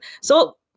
So-